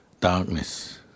Darkness